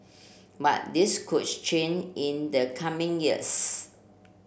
but this could change in the coming years